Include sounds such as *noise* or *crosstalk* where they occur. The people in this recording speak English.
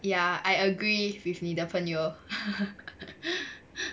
ya I agree with 你的朋友 *laughs*